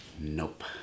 Nope